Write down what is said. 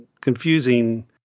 confusing